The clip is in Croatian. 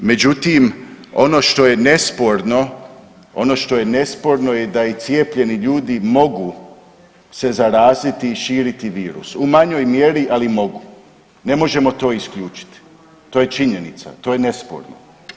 Međutim, ono što je nesporno, ono što je nesporno je da i cijepljeni ljudi mogu se zaraziti i širiti virus, u manjoj mjeri, ali mogu, ne možemo to isključiti, to je činjenica, to je nesporno.